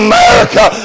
America